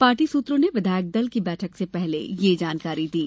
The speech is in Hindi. पार्टी सूत्रों ने विधायक दल की बैठक से पहले यह जानकारी दी है